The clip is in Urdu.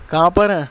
کہاں پر ہیں